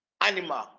animal